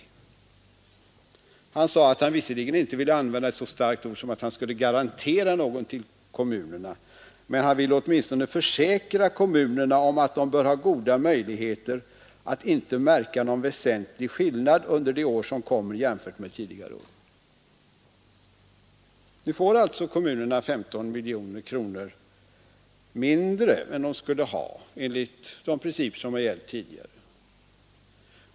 Han sade att han visserligen inte ville använda ett så starkt ord som att han skulle ”garantera” någonting för kommunerna, men han ville åtminstone försäkra kommunerna om att de bör ha goda möjligheter att inte märka någon väsentlig skillnad under de år som kommer jämfört med tidigare år. Nu får alltså kommunerna 15 miljoner kronor mindre än de skulle ha haft enligt de principer som har gällt tidigare.